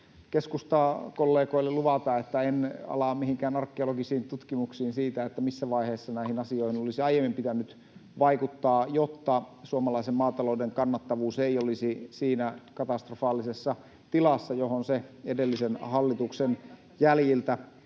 keskustan kollegoille luvata, että en ala mihinkään arkeologisiin tutkimuksiin siitä, missä vaiheessa näihin asioihin olisi aiemmin pitänyt vaikuttaa, jotta suomalaisen maatalouden kannattavuus ei olisi siinä katastrofaalisessa tilassa, johon se edellisen hallituksen jäljiltä